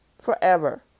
Forever